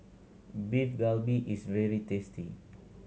Beef Galbi is very tasty